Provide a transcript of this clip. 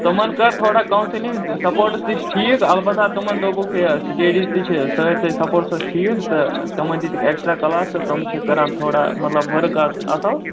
تِمن کَر تھوڑا کونٛسٕلنِگ سَپوٹٕس تہِ چھِ ٹھیٖک البتہٕ تِمن دوٚپُکھ یہِ سِٹیڈیٖز تہِ چھِ سۭتۍ سۭتۍ سَپوٹٕسس ٹھیٖک تہٕ تِمن دِتِکھ اٮ۪کٕسٹرا کٕلاس تہٕ تِم چھِ کَران تھوڑا مطلب ؤرٕک اَز اَصٕل